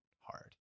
hard